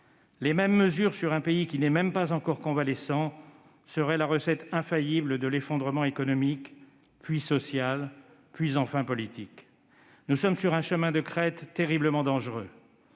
les mêmes mesures prises dans un pays pas encore convalescent seraient la recette infaillible de l'effondrement économique, puis social, enfin politique. Nous sommes sur un chemin de crête terriblement dangereux.